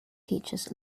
teachers